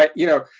like you know,